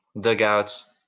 dugouts